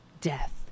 death